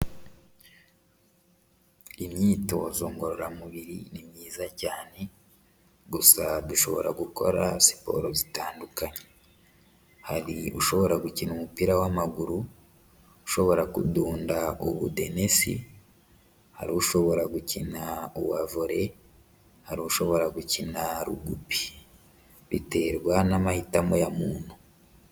Imyitozo ngororamubiri ni myiza cyane gusa dushobora gukora siporo zitandukanye, hari ushobora gukina umupira w'amaguru, ushobora kudunda ubudenesi, hari ushobora gukina wa Volley, hari ushobora gukina Rugby, biterwa n'amahitamo ya muntu.